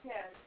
Yes